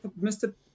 Mr